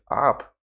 up